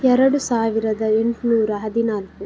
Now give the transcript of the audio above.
ಎರಡು ಸಾವಿರದ ಎಂಟುನೂರ ಹದಿನಾಲ್ಕು